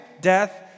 death